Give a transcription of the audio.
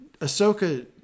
ahsoka